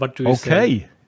Okay